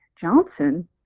Johnson